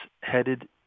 headed